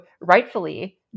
rightfully